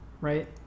right